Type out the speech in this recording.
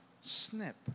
Snip